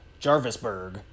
Jarvisburg